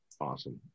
Awesome